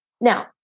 now